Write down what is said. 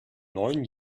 neun